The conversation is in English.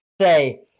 say